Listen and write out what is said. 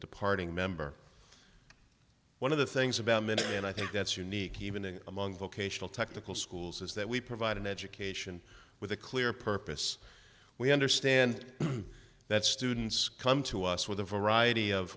departing member one of the things about men and i think that's unique even among vocational technical schools is that we provide an education with a clear purpose we understand that students come to us with a variety of